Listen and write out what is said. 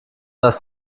dass